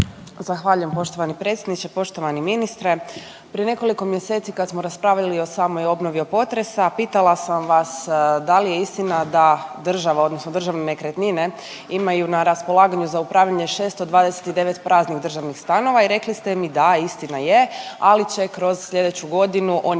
Zahvaljujem poštovani predsjedniče. Poštovani ministre prije nekoliko mjeseci kad smo raspravljali o samoj obnovi od potresa pitala sam vas da li je istina da država odnosno državne nekretnine imaju na raspolaganju za upravljanje 629 praznih državnih stanova i rekli ste mi da istina je, ali će kroz slijedeću godinu oni